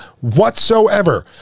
whatsoever